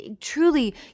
truly